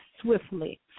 swiftly